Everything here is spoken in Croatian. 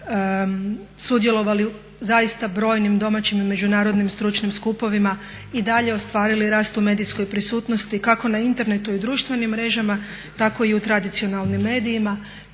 sudjelovali u zaista brojnim domaćim i međunarodnim stručnim skupovima i dalje ostvarili rast u medijskoj prisutnosti kako na internetu i društvenim mrežama tako i u tradicionalnim medijima